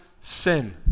sin